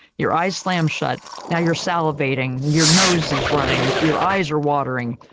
your eyes slam shut. now you're salivating, your nose is running, your eyes are watering.